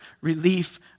relief